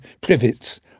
privets